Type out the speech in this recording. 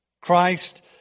Christ